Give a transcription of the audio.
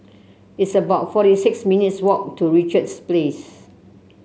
it's about forty six minutes' walk to Richards Place